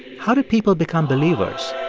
how did people become believers?